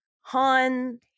Han